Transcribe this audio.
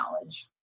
knowledge